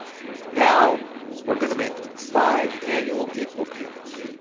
now we're going to make five annual equal payments.